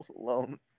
alone